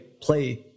play